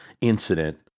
incident